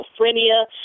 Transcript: schizophrenia